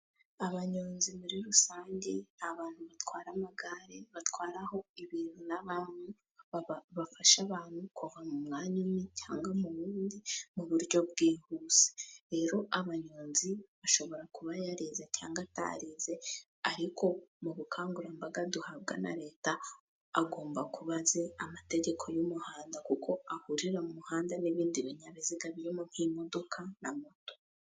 Abanyonzi muri rusange ni abantu batwara amagare batwaraho ibintu nabantu, bafasha abantu kuva mu mwanya umwe cyangwa mu wundi mu buryo bwihuse. Rero abanyonzi ashobora kuba yarize cyangwa atarize ariko mu bukangurambaga duhabwa na leta, agomba kuba azi amategeko y'umuhanda, kuko ahurira mu muhanda n'ibindi binyabiziga birimo nk'imodoka na moto